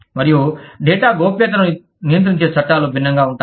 మరియు డేటా గోప్యతను నియంత్రించే చట్టాలు భిన్నంగా ఉంటాయి